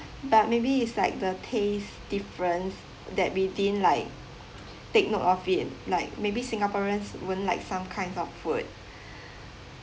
but maybe it's like the taste difference that we didn't like take note of it like maybe singaporeans won't like some kinds of food